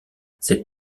cette